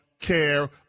care